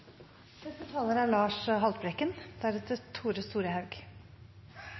Neste taler er